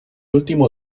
último